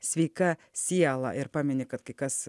sveika siela ir pamini kad kai kas